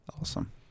Awesome